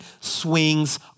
swings